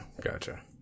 gotcha